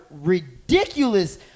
ridiculous